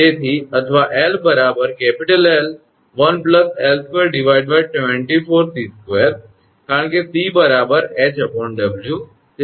તેથી અથવા 𝑙 𝐿1𝐿2 24𝑐2 કારણ કે 𝑐 𝐻𝑊